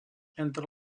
entre